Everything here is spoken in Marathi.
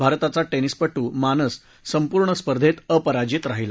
भारताचा टेनिसपटू मानस संपूर्ण स्पर्धेत अपराजित राहिला